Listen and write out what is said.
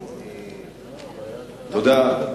תודה,